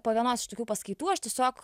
po vienos tokių paskaitų aš tiesiog